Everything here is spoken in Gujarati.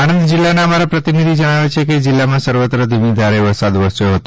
આણંદ જિલ્લાના અમારા પ્રતિનિધી જણાવે છે કે જિલ્લામાં સર્વત્ર ધીમી ધારે વરસાદ વરસ્યો હતો